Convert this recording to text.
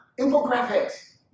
infographics